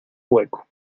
hueco